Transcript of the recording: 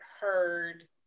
heard